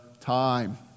time